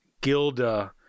Gilda